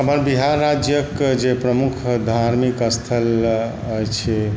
हमर बिहार राज्यके जे प्रमुख धार्मिक स्थल अछि